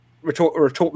retort